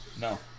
No